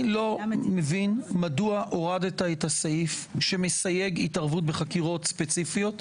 אני לא מבין מדוע הורדת את הסעיף שמסייג התערבות בחקירות ספציפיות.